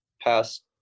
past